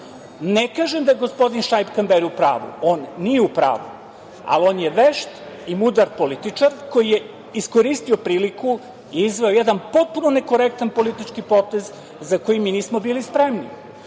kažem da je gospodin Šaip Kamberi u pravu. On nije u pravu, ali on je vešt i mudar političar koji je iskoristio priliku i izveo jedan potpuno nekorektan politički potez za koji mi nismo bili spremni.